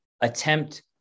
attempt